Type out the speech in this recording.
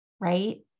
right